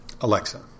Alexa